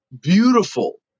beautiful